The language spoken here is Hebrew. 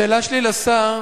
השאלה שלי לשר: